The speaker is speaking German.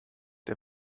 der